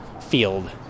field